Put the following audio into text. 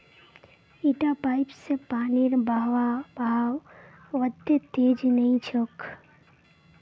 इटा पाइप स पानीर बहाव वत्ते तेज नइ छोक